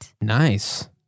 Nice